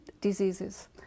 diseases